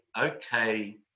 okay